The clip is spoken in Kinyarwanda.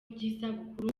by’isabukuru